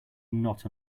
not